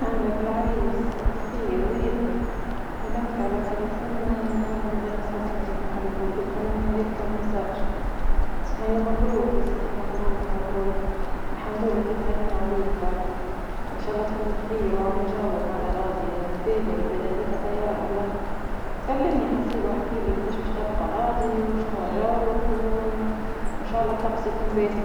اهلا بالعريس، صباح الخير، وينك؟ كلمتك على التليفون يظهر لي مازال مسكر مزال ماحليتوش قلت خليني نخليلك الميساج، هيا مبروك يا سيدي مبروك مبروك الحمد لله كي تهنينا عليك برك، ان شاء الله تكون بخير واعمل جو عادة غادي. باهية البلاد هاذيكا طيارة عاللخر كلمني حسيلو واحكلي قداش باش تبقى غادي وشنو هو جاوك وان شاء الله الطقس يكون باهي.